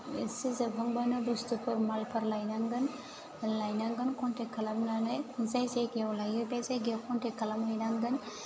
इसे जोबहांबानो बुस्थुफोर मालफोर लायनांगोन लायनांगोन कनटेक खालामनानै जाय जायगायाव लाइयो बे जायगायाव कनटेक खालामहैनांगोन